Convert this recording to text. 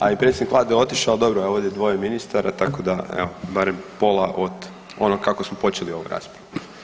A i predsjednik Vlade otišao, ali dobro ovdje je dvoje ministara tako da evo barem pola od onoga kako smo počeli ovu raspravu.